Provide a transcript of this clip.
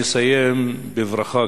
אני אסיים בברכה